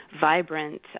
vibrant